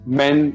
men